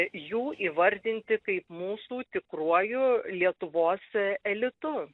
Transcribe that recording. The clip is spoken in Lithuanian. jų įvardinti kaip mūsų tikruoju lietuvos elitu